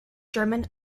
german